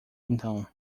então